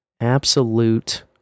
Absolute